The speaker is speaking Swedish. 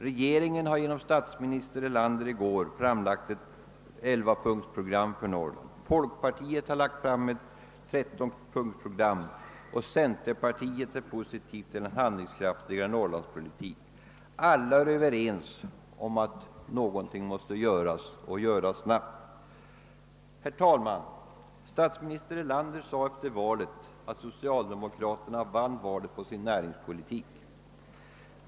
Regeringen har genom statsminister Erlander i går framlagt ett elvapunktsprogram för Norrland, folkpartiet har lagt fram ett trettonpunktsprogram och centerpartiet ställer sig positivt till en mera handlingskraftig norrlandspolitik. Alla är överens om att någonting måste göras och göras snabbt. Herr talman! Statsminister Erlander sade efter valet att socialdemokraterna vann detta på sin näringspolitik.